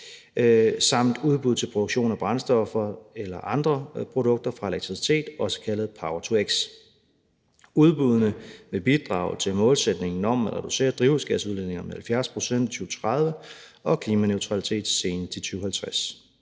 samt udbud til produktion af brændstoffer eller andre produkter fra elektricitet, også kaldet power-to-x. Udbuddene vil bidrage til målsætningen om at reducere drivhusgasudledningerne med 70 pct. i 2030 og om klimaneutralitet senest i 2050.